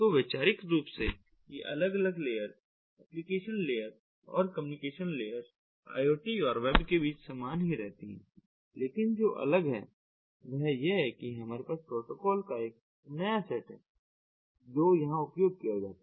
तो वैचारिक रूप से ये अलग अलग लेयर्स एप्लीकेशन लेयर्स और कम्युनिकेशन लेयर्स IoT और वेब के बीच समान ही रहती हैं लेकिन जो अलग है वह यह है कि हमारे पास प्रोटोकॉल का एक नया सेट है जो यहां उपयोग किया जाता है